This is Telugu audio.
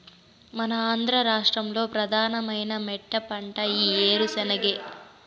మన ఆంధ్ర రాష్ట్రంలో ప్రధానమైన మెట్టపంట ఈ ఏరుశెనగే